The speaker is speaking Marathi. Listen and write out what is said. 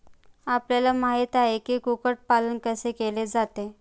आपल्याला माहित आहे की, कुक्कुट पालन कैसे केले जाते?